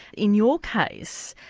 in your case,